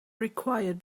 required